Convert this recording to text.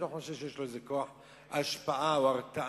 אני לא חושב שיש לו איזה כוח השפעה או הרתעה.